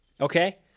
Okay